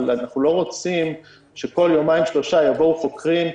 אנחנו לא רוצים שכל יומיים-שלושה יבואו חוקרים,